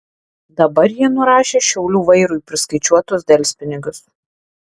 dabar ji nurašė šiaulių vairui priskaičiuotus delspinigius